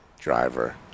Driver